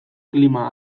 klima